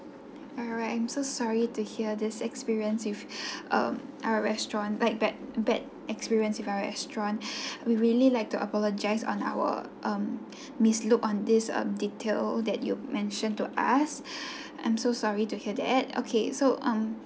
alright I'm so sorry to hear this experience with um our restaurant like bad bad experience with our restaurant we really liked to apologise on our um mislook on this um detail that you mentioned to us I'm so sorry to hear that okay so um